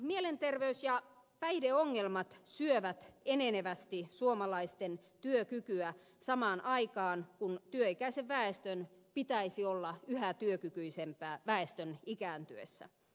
mielenterveys ja päihdeongelmat syövät enenevästi suomalaisten työkykyä samaan aikaan kun työikäisen väestön pitäisi olla yhä työkykyisempää väestön ikääntyessä